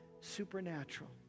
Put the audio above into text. supernatural